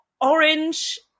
orange